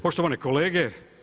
Poštovani kolege.